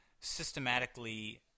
systematically